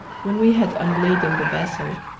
when we had unladen the vessel,